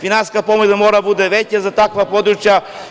Finansijska pomoć mora da bude veća za takva područja.